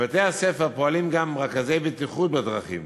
בבתי-הספר פועלים גם רכזי בטיחות בדרכים